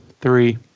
Three